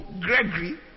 Gregory